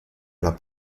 alla